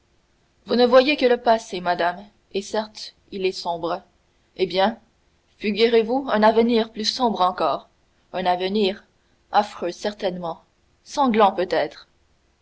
vous ne voyez que le passé madame et certes il est sombre eh bien figurez-vous un avenir plus sombre encore un avenir affreux certainement sanglant peut-être